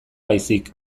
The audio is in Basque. baizik